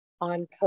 on